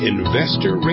Investor